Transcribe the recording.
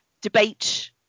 debate